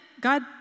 God